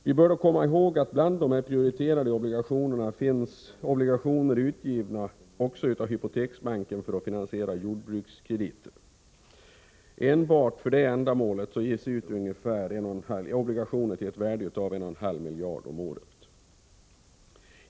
Vi bör då också komma ihåg att bland de prioriterade obligationerna finns obligationer utgivna också av hypoteksbanken för att finansiera jordbrukskrediter. Enbart för detta ändamål ges det ut obligationer till ett värde av 1,5 miljarder om året.